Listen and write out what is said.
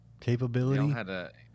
capability